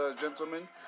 gentlemen